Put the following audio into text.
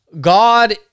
God